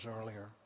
earlier